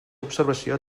observació